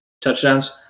touchdowns